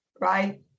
right